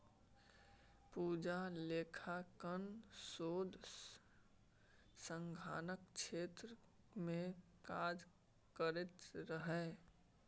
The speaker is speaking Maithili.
पूजा लेखांकन शोध संधानक क्षेत्र मे काज करैत रहय